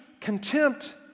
contempt